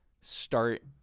start